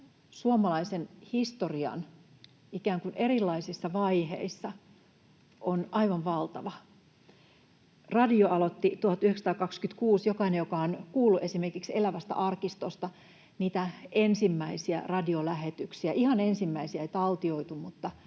suomalaisen historian erilaisissa vaiheissa on aivan valtava. Radio aloitti 1926. Jokainen, joka on kuullut esimerkiksi Elävästä arkistosta niitä ensimmäisiä radiolähetyksiä — ihan ensimmäisiä ei taltioitu,